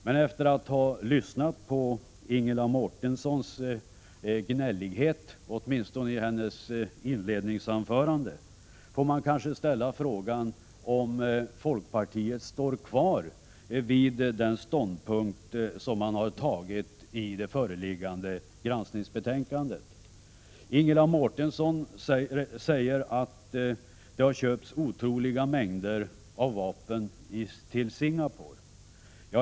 Men efter att ha lyssnat på Ingela Mårtenssons gnällighet — åtminstone i hennes inledningsanförande — får man kanske ställa frågan om folkpartiet står kvar vid den ståndpunkt som partiet intagit i det föreliggande granskningsbetänkandet. Ingela Mårtensson säger att Singapore har köpt otroliga mängder vapen.